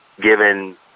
given